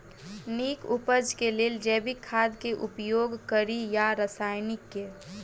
नीक उपज केँ लेल जैविक खाद केँ उपयोग कड़ी या रासायनिक केँ?